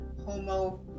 homo